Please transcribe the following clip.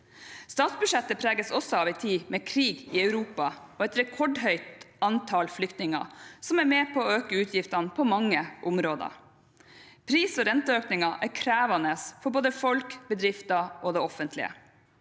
Statsbudsjettet preges også av en tid med krig i Europa og et rekordhøyt antall flyktninger, som er med på å øke utgiftene på mange områder. Pris- og renteøkningen er krevende for både folk, bedrifter og det offentlige.